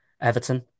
Everton